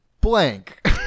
blank